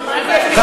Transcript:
יש מישהו שמתנגד.